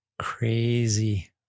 crazy